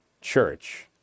church